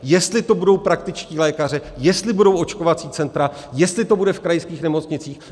Jestli to budou praktičtí lékaři, jestli budou očkovací centra, jestli to bude v krajských nemocnicích.